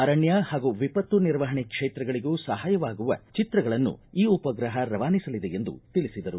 ಅರಣ್ಯ ಹಾಗೂ ವಿಪತ್ತು ನಿರ್ವಹಣೆ ಕ್ಷೇತ್ರಗಳಗೂ ಸಹಾಯವಾಗುವ ಚಿತ್ರಗಳನ್ನು ರವಾನಿಸಲಿದೆ ಎಂದು ತಿಳಿಸಿದರು